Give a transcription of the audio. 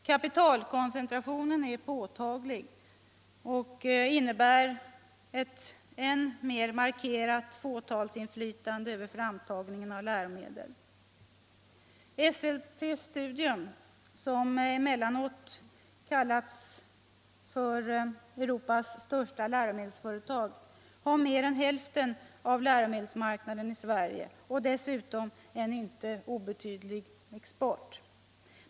Kapitalkoncentrationen är påtaglig och innebär ett än mer markerat fåtalsinflytande över framtagningen av läromedel. Esselte Studium, som emellanåt kallas för Europas största läromedelsföretapg, har mer än hälften av läromedelsmarknaden i Sverige och dessutom en inte obetydlig export.